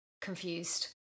confused